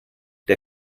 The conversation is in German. der